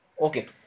Okay